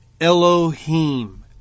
Elohim